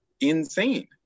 insane